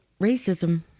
Racism